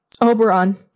Oberon